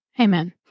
Amen